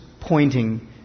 pointing